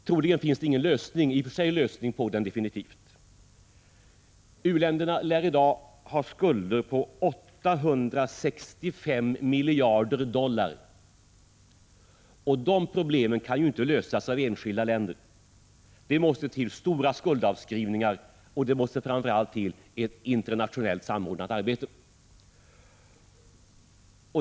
Troligen finns det ingen definitiv lösning på den. U-länderna lär i dag ha skulder på 865 miljarder dollar. De problemen kan naturligtvis inte lösas av enskilda länder — det måste till stora skuldavskrivningar, och framför allt måste det till ett internationellt samordnat arbete.